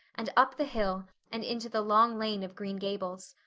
and up the hill and into the long lane of green gables.